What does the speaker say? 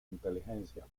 inteligencia